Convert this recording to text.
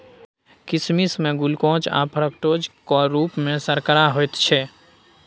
किसमिश मे ग्लुकोज आ फ्रुक्टोजक रुप मे सर्करा रहैत छै